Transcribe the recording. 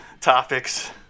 topics